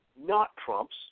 not-Trumps